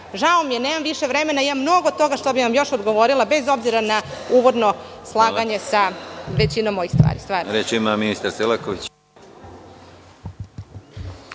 Žao mi je jer nemam više vremena, a imam mnogo toga što bih vam još odgovorila bez obzira na uvodno slaganje sa većinom mojih stvari.